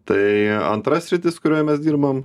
tai antra sritis kurioj mes dirbam